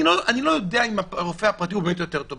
אני לא יודע אם הרופא הפרטי באמת יותר טוב.